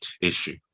issue